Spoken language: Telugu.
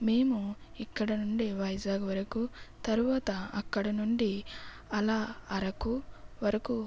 మేము ఇక్కడ నుండి వైజాగ్ వరకు తరువాత అక్కడ నుండి అలా అరకు వరకు